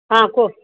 ହଁ କୁହ